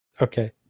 Okay